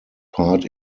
part